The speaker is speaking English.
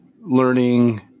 learning